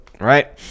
Right